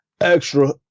extra